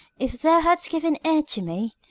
if thou hadst given ear to me,